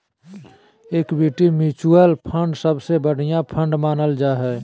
equity mutual fund सबसे बढ़िया fund मानल जा हय